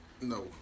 No